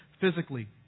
physically